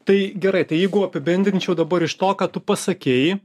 tai gerai tai jeigu apibendrinčiau dabar iš to ką tu pasakei